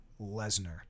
Lesnar